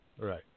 Right